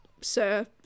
Sir